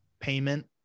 payment